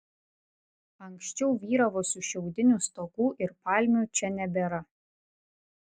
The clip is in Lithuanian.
anksčiau vyravusių šiaudinių stogų ir palmių čia nebėra